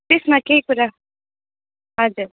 त्यसमा केही कुरा हजुर